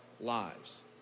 lives